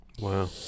Wow